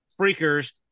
freakers